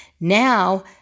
Now